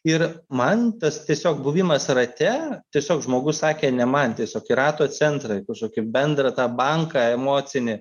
ir man tas tiesiog buvimas rate tiesiog žmogus sakė ne man tiesiog į rato centrą kažkokį bendrą tą banką emocinį